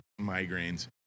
migraines